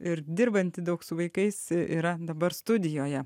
ir dirbanti daug su vaikais yra dabar studijoje